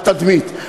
התדמית.